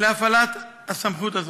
להפעלת הסמכות הזאת.